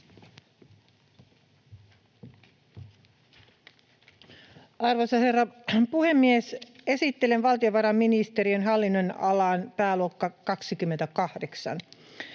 Arvoisa herra puhemies! Esittelen valtiovarainministeriön hallinnonalan, pääluokka 28:n.